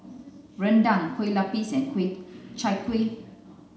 Rendang Kueh Lapis and Chai Kuih